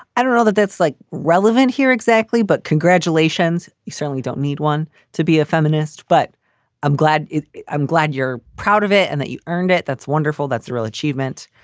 i don't know that that's like relevant here exactly. but congratulations. you certainly don't need one to be a feminist, but i'm glad i'm glad you're proud of it and that you earned it. that's wonderful. that's a real achievement.